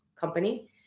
Company